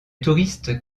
touristes